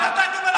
תתבייש לך.